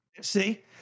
See